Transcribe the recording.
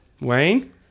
Wayne